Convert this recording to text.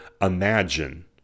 imagine